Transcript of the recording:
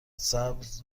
سبز